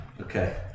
Okay